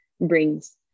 brings